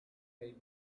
made